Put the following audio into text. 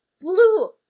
Blue